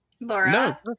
Laura